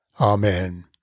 Amen